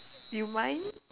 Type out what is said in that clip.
you mind